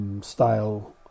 style